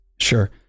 sure